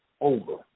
over